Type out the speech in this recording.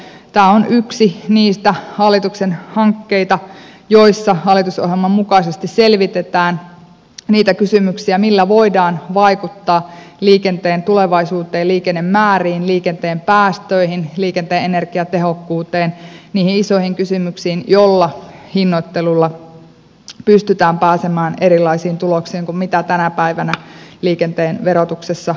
tämä on yksi niistä hallituksen hankkeista joissa hallitusohjelman mukaisesti selvitetään niitä kysymyksiä millä voidaan vaikuttaa liikenteen tulevaisuuteen liikennemääriin liikenteen päästöihin liikenteen energiatehokkuuteen niihin isoihin kysymyksiin joissa hinnoittelulla pystytään pääsemään erilaisiin tuloksiin kuin tänä päivänä liikenteen verotuksessa muutoin päästään